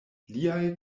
liaj